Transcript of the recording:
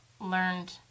learned